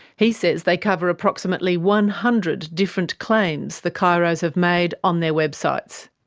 he says they cover approximately one hundred different claims the chiros have made on their websites.